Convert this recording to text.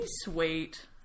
Sweet